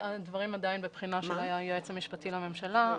הדברים עדיין בבחינה של היועץ המשפטי לממשלה,